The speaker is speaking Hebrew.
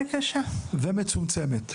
קשה ומצומצמת.